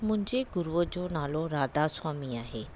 मुंहिंजे गुरूअ जो नालो राधास्वामी आहे